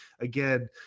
again